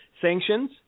sanctions